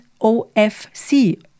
OFC